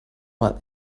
while